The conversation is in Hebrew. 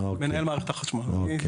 אני גם